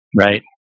right